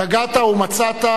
יגעת ומצאת,